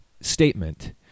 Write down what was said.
statement